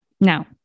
Now